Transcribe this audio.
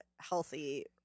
healthy